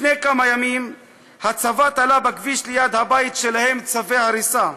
לפני כמה ימים הצבא תלה בכביש ליד הבית שלהם צווי הריסה.